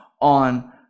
on